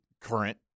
current